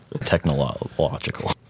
Technological